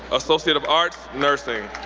associate of arts, nursing.